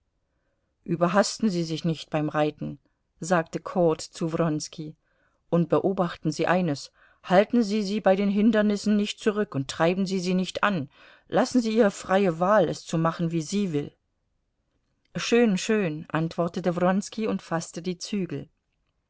überhasten sie sich nicht beim reiten sagte cord zu wronski und beobachten sie eines halten sie sie bei den hindernissen nicht zurück und treiben sie sie nicht an lassen sie ihr freie wahl es zu machen wie sie will schön schön antwortete wronski und faßte die zügel